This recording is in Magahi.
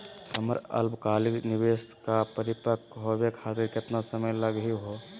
हमर अल्पकालिक निवेस क परिपक्व होवे खातिर केतना समय लगही हो?